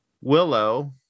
willow